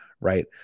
Right